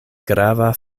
grava